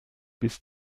bis